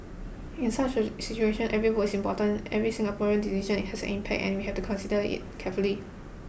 in such a situation every vote is important every Singaporean's decision has an impact and we have to consider it carefully